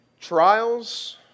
trials